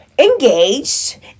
engaged